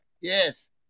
Yes